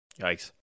Yikes